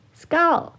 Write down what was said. skull